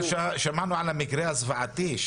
שמענו על המקרה הזוועתי,